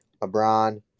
LeBron